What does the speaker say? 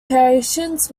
patients